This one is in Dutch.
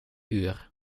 uur